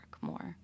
more